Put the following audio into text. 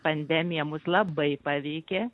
pandemija mus labai paveikė